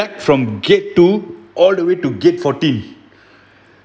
back from gate two all the way to gate forty